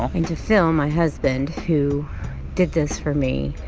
and to phil, my husband, who did this for me,